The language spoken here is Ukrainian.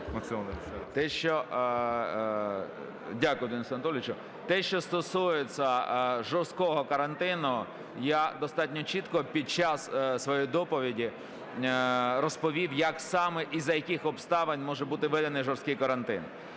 Дякую, Денисе Анатолійовичу. Те, що стосується жорсткого карантину, я достатньо чітко під час своєї доповіді розповів, як саме і за яких обставин може бути введений жорсткий карантин.